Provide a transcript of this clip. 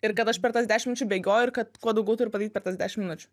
ir kad aš per tas dešimčių bėgioju ir kad kuo daugiau ir padaryt per tas dešimt minučių